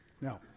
Now